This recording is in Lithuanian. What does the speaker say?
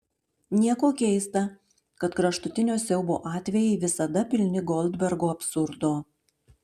nieko keista kad kraštutinio siaubo atvejai visada pilni goldbergo absurdo